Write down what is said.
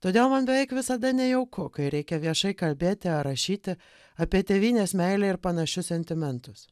todėl man beveik visada nejauku kai reikia viešai kalbėti ar rašyti apie tėvynės meilę ir panašius sentimentus